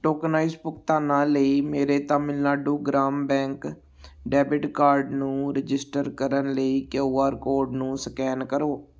tokenized ਭੁਗਤਾਨਾਂ ਲਈ ਮੇਰੇ Tamil Nadu Grama bank debit card ਨੂੰ ਰਜਿਸਟਰ ਕਰਨ ਲਈ ਕੇਯੂ ਆਰ ਕੋਡ ਨੂੰ ਸਕੈਨ ਕਰੋ